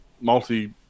multi